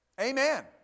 Amen